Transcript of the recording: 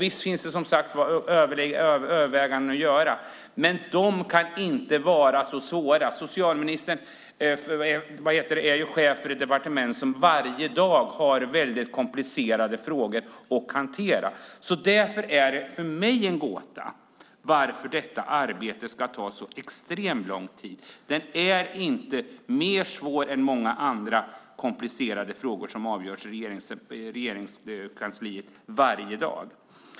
Det finns förstås övriga överväganden att göra, men de kan inte vara så svåra. Socialministern är chef för ett departement som varje dag har väldigt komplicerade frågor att hantera. Därför är det för mig en gåta varför detta arbete ska ta så extremt lång tid. Det är inte mer komplicerat än många andra svåra frågor som avgörs i Regeringskansliet varje dag.